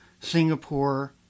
Singapore